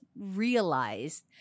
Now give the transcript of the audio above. realized